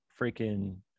freaking